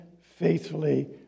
faithfully